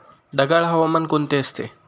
ढगाळ हवामान कोणते असते?